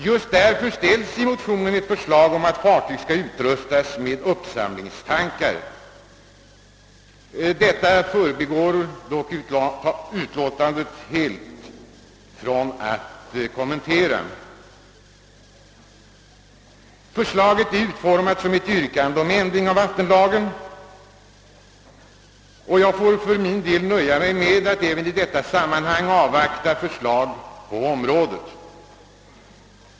Just därför ställs i motionen ett förslag om att fartyg skall utrustas med uppsamlingstankar. Detta förslag avstår utskottet helt från att kommentera. Förslaget utformades som ett yrkande om ändring av vattenlagen, och jag får väl nöja mig med att även i detta sammanhang avvakta förslag på området.